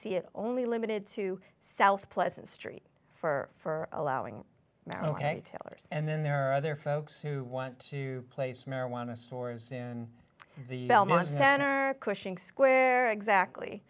see it only limited to south pleasant street for allowing their ok tailors and then there are other folks who want to place marijuana stores in the belmont center cushing square exactly